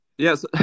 Yes